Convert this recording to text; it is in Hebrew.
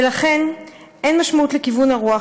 ולכן אין משמעות לכיוון הרוח,